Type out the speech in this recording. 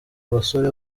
basore